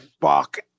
Fuck